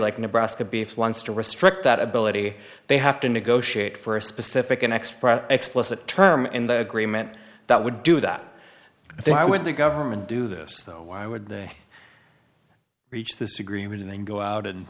like nebraska beef wants to restrict that ability they have to negotiate for a specific an express explicit term in the agreement that would do that then i would the government do this why would they reach this agreement then go out and